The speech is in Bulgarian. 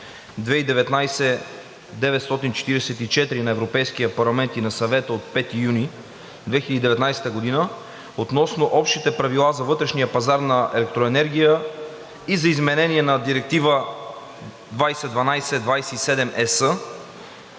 2019/944 на Европейския парламент и на Съвета от 5 юни 2019 г. относно общите правила за вътрешния пазар на електроенергия и за изменение на Директива 2012/27